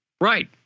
Right